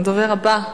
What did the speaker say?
הדובר הבא,